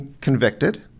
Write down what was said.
convicted